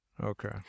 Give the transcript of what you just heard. Okay